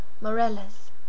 Morella's